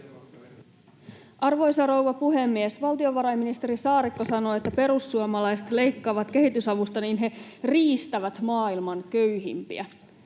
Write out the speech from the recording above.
Arvoisa rouva puhemies! Valtiovarainministeri Saarikko sanoi, että kun perussuomalaiset leikkaavat kehitysavusta, niin he riistävät maailman köyhimpiä.